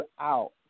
out